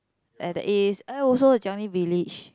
at the east I also Changi Village